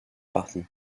partie